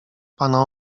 pana